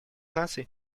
наций